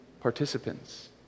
participants